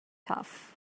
tough